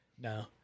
No